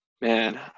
man